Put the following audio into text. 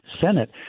Senate